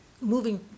moving